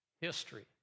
history